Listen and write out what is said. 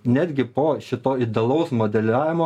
netgi po šito idealaus modeliavimo